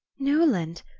newland!